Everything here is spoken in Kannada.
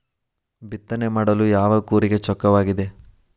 ಬಿತ್ತನೆ ಮಾಡಲು ಯಾವ ಕೂರಿಗೆ ಚೊಕ್ಕವಾಗಿದೆ?